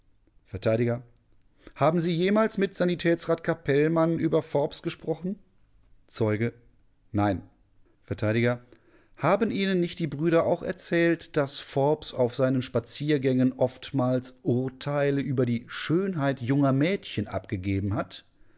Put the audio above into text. vert haben sie jemals mit sanitätsrat capellmann über forbes gesprochen zeuge nein vert haben ihnen nicht die brüder auch erzählt daß forbes auf seinen spaziergängen oftmals urteile über die schönheit junger mädchen abgegeben hat